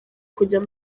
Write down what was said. kujya